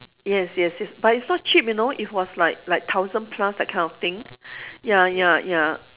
yes yes yes but it's not cheap you know it was like like thousand plus that kind of thing ya ya ya